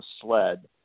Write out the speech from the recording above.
sled